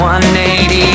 180